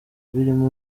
birimo